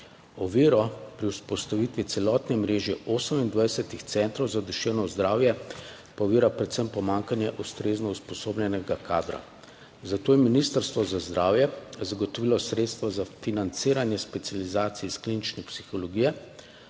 Ovira pri vzpostavitvi celotne mreže 28 centrov za duševno zdravje pa je predvsem pomanjkanje ustrezno usposobljenega kadra. Zato je Ministrstvo za zdravje zagotovilo sredstva za financiranje specializacij iz klinične psihologije.